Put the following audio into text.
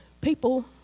people